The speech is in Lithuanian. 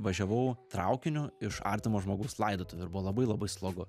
važiavau traukiniu iš artimo žmogaus laidotuvių ir buvo labai labai slogu